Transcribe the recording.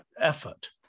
effort